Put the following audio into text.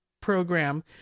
program